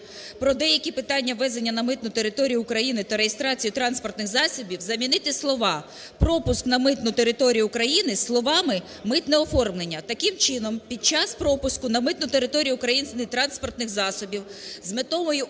"Про деякі питання ввезення на митну територію України та реєстрації транспортних засобів" замінити слова "пропуск на митну територію України" словами "митне оформлення". Таким чином, під час пропуску на митну територію України транспортних засобів з метою вільного